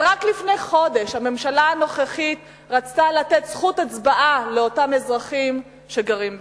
הממשלה הנוכחית רצתה לתת זכות הצבעה לאותם אזרחים שגרים בחו"ל.